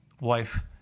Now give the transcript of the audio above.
wife